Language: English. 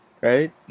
Right